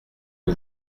que